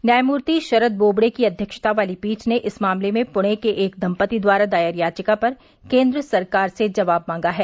न्यायमूर्ति शरद बोबड़े की अध्यक्षता वाली पीठ ने इस मामले में पूणे के एक दम्पति द्वारा दायर याचिका पर केन्द्र सरकार से जवाब मांगा है